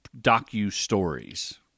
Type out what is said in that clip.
docu-stories